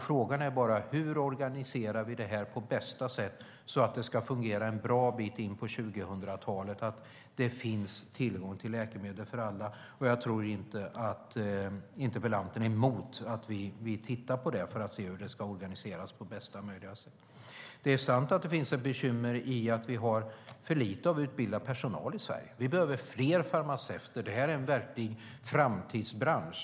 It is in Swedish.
Frågan är bara hur vi organiserar det här på bästa sätt, så att det finns tillgång till läkemedel för alla och så att det fungerar en bra bit in på 2000-talet. Jag tror inte att interpellanten är emot att vi tittar på hur det ska organiseras på bästa möjliga sätt. Det är sant att det är ett bekymmer att vi har för lite utbildad personal i Sverige. Vi behöver fler farmaceuter. Det är en verklig framtidsbransch.